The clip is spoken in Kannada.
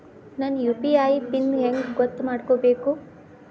ನನ್ನ ಯು.ಪಿ.ಐ ಪಿನ್ ಹೆಂಗ್ ಗೊತ್ತ ಮಾಡ್ಕೋಬೇಕು?